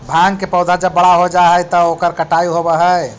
भाँग के पौधा जब बड़ा हो जा हई त ओकर कटाई होवऽ हई